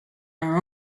our